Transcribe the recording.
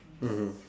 mmhmm